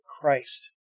Christ